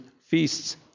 feasts